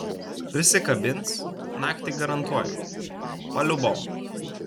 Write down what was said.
prisikabins naktį garantuoju paliubomu